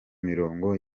mirongo